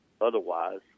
otherwise